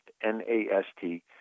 N-A-S-T